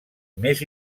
més